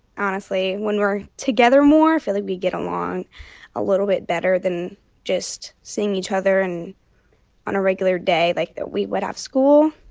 honestly, when we're together more. i feel like we get along a little bit better than just seeing each other and on a regular day, like, that we would have school.